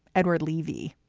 edward leavy,